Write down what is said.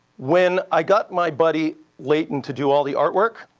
when i got my buddy leighton to do all the art work.